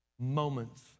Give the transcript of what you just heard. Moments